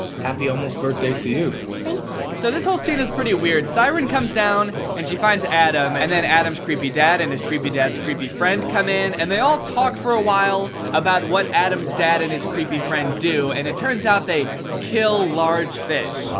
happy almost-birthday to you. thank you. so this whole scene is pretty weird. siren comes down, and she finds adam, and then adam's creepy dad and his creepy dad's creepy friend come in and they all talk for a while about what adam's dad and his creepy friend do, and it turns out they kill large fish. ah,